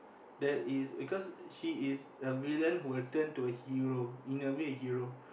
there is because she is a villain who will turn to a hero in a way a hero